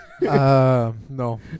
No